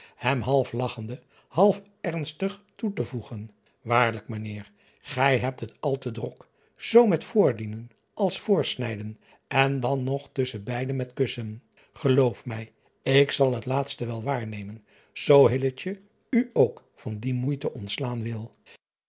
hem half lagchende half ernstig toe te voeren aarlijk ijnheer gij hebt het al te drok zoo met voordienen als voorsnijden en dan nog tusschen beide met kussen eloof mij ik zal het laatste wel waarnemen zoo u ook van die moeite ontslaan wil